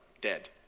Dead